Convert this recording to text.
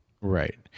right